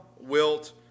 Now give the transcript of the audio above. wilt